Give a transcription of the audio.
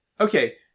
okay